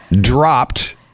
dropped